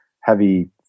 heavy